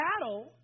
battle